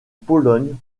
pologne